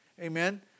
Amen